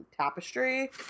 tapestry